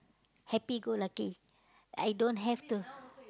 happy go lucky I don't have to